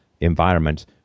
environment